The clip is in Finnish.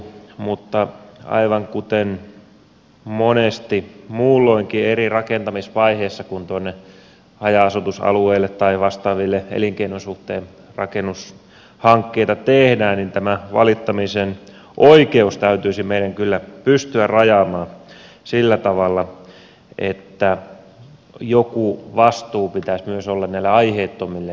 mutta aivan kuten monesti muulloinkin eri rakentamisvaiheissa kun tuonne haja asutusalueille tai vastaaville elinkeinon suhteen rakennushankkeita tehdään tämä valittamisen oikeus täytyisi meidän kyllä pystyä rajaamaan sillä tavalla että joku vastuu pitäisi olla myös näille aiheettomille valituksille